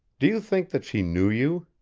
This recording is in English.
do you think that she knew you?